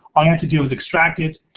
all you have to do is extract it,